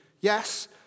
yes